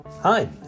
Hi